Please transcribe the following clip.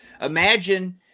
Imagine